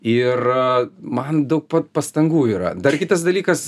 ir man daug pastangų yra dar kitas dalykas